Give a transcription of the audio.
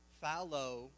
Fallow